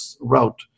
route